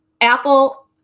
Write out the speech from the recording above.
Apple